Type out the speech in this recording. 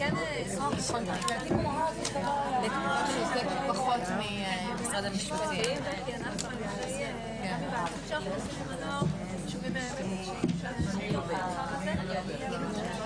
11:52.